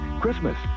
Christmas